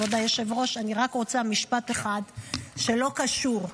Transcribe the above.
אדוני היושב-ראש, אני רק רוצה משפט אחד שלא קשור.